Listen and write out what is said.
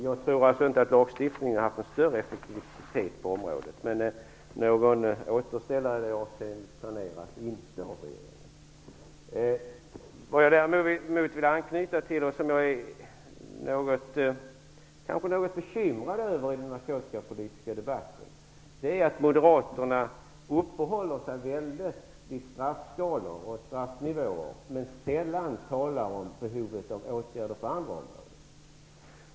Jag tror inte att lagstiftningen har haft någon större effektivitet på området. Men någon återställare i det avseendet planeras inte av regeringen. Jag vill anknyta till något som jag är något bekymrad över i den narkotikapolitiska debatten. Moderaterna uppehåller sig väldigt mycket vid straffskalor och straffnivåer men talar sällan om behovet av åtgärder på andra områden.